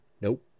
Nope